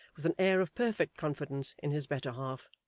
with an air of perfect confidence in his better half.